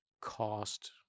cost